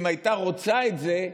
אם הייתה רוצה את זה,